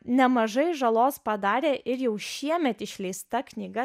nemažai žalos padarė ir jau šiemet išleista knyga